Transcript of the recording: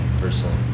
Personally